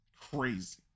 Crazy